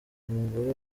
umugore